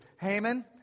Haman